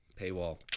paywall